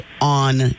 on